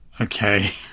Okay